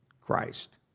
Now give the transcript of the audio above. Christ